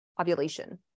ovulation